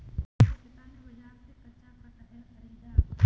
मेरे पिता ने बाजार से कच्चा कटहल खरीदा